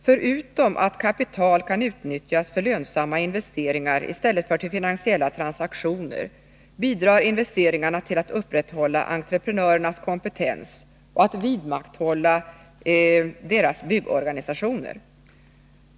Förutom att kapital kan utnyttjas för lönsamma investeringar i stället för till finansiella transaktioner bidrar investeringarna till att upprätthålla entreprenörernas kompetens och till att vidmakthålla deras byggorganisationer.